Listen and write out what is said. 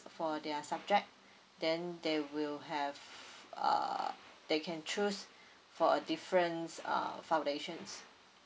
for their subject then they will have err they can choose for a different uh foundation